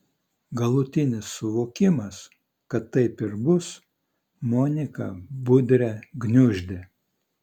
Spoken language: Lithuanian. galutinis suvokimas kad taip ir bus moniką budrę gniuždė